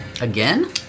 Again